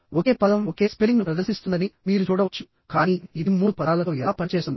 ఒకే పదం ఒకే స్పెల్లింగ్ను ప్రదర్శిస్తుందని మీరు చూడవచ్చుకానీ ఇది మూడు పదాలతో ఎలా పనిచేస్తుంది